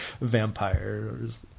vampires